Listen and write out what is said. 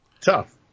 tough